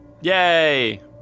Yay